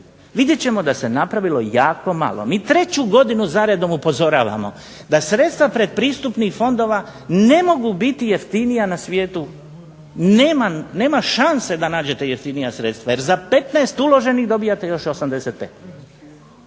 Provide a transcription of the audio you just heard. vidjet ćemo da se napravilo jako malo. Mi treću godinu za redom upozoravamo da sredstva predpristupnih fondova ne mogu biti jeftinija na svijetu, nema šanse da nađete jeftinija sredstva jer za 15 uloženih dobijete još 85.